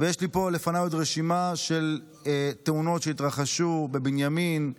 ויש לי פה לפניי עוד רשימה של תאונות שהתרחשו בבנימין.